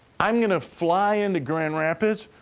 i'm gonna fly into grand rapids.